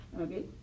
okay